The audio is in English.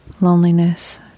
loneliness